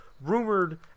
rumored